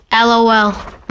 LOL